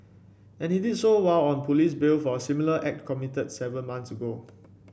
and he did so while on police bail for a similar act committed seven months ago